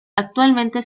actualmente